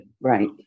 Right